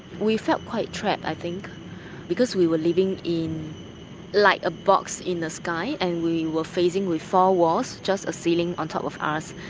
we felt quite trapped i think because we were living in like a box in the sky, and we were facing four walls, just a ceiling on top of us.